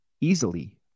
easily